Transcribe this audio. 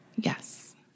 Yes